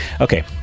Okay